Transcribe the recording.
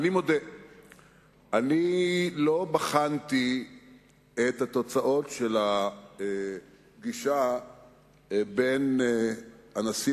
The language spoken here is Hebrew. אני מודה שלא בחנתי את התוצאות של הפגישה בין הנשיא